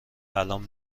الان